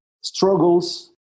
struggles